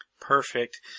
Perfect